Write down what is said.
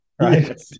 right